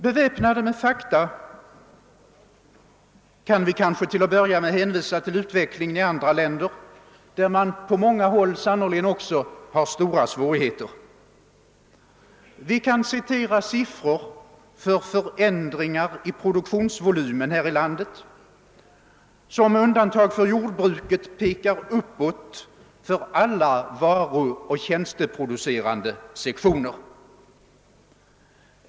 | Beväpnade med fakta kan vi kanske till att börja: med hänvisa till utveck lingen i andra länder, där man på många håll sannerligen också har stora svårigheter. Vi kan anföra siffror för förändringar i produktionsvolymen inom vårt land, som med undantag för jordbruket pekar uppåt för alla varuoch tjänsteproducerande sektorer.